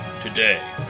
today